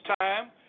time